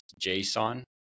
json